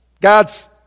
God's